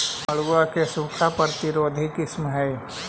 मड़ुआ के सूखा प्रतिरोधी किस्म हई?